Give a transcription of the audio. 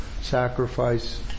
sacrifice